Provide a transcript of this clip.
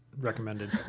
recommended